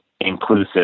inclusive